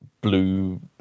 blue